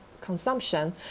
consumption